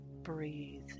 Breathe